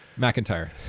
mcintyre